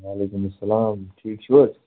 وعلیکُم اسلام ٹھیٖک چھِو حظ